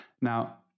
now